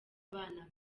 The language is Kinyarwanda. abana